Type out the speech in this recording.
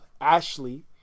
Ashley